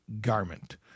garment